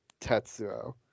Tetsuo